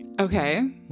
okay